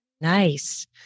Nice